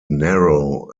narrow